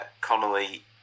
Connolly